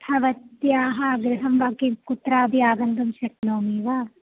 भवत्याः गृहं वा किं कुत्रापि आगन्तुं शक्नोमि वा